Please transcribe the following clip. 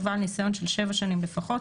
ובעל ניסיון של שבע שנים לפחות